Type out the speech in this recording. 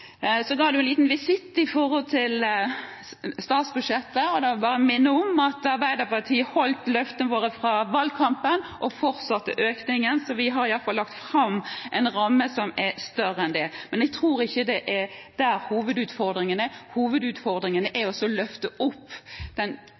Så avla du en liten visitt til statsbudsjettet, og da vil jeg bare minne om at Arbeiderpartiet holdt løftene sine fra valgkampen og fortsatte økningen, så vi har i alle fall lagt fram en ramme som er større enn det. Men jeg tror ikke det er der hovedutfordringen er. Hovedutfordringen er å løfte opp den